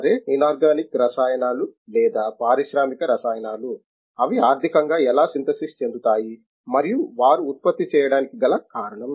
సరే ఇనార్గానిక్ రసాయనాలు లేదా పారిశ్రామిక రసాయనాలు అవి ఆర్థికంగా ఎలా సింథసిస్ చెందుతాయి మరియు వారు ఉత్పత్తి చేయడానికి గల కారణం